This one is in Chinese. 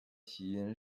起因